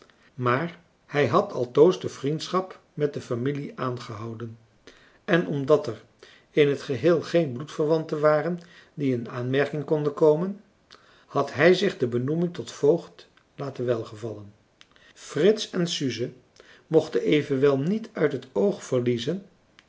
maar hij had altoos de vriendschap met de familie aangehouden en omdat er in het geheel geen bloedverwanten waren die in aanmerking konden komen had hij zich de benoeming tot voogd laten welgevallen frits en suze mochten evenwel niet uit het oog verliezen